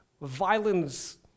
violence